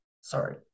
sorry